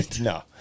No